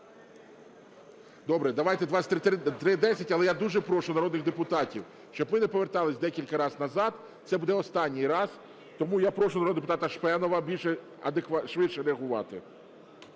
Добре, давайте 2310. Але я дуже прошу народних депутатів, щоб ми не повертались декілька разів назад. Це буде останній раз. Тому я прошу народного депутата Шпенова більш швидше реагувати.